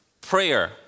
prayer